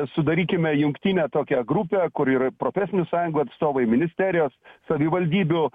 sudarykime jungtinę tokią grupę kur ir profesinių sąjungų atstovai ministerijos savivaldybių